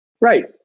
Right